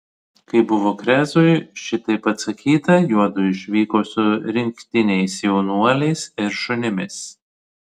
kai buvo krezui šitaip atsakyta juodu išvyko su rinktiniais jaunuoliais ir šunimis